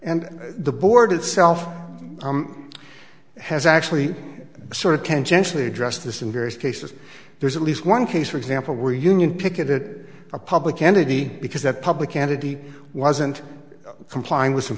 and the board itself has actually sort of can generally address this in various cases there's at least one case for example where union picketed a public entity because that public entity wasn't complying with some